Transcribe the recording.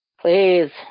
Please